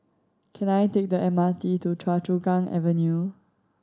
can I take the M R T to Choa Chu Kang Avenue